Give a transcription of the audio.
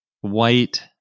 white